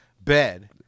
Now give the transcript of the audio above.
bed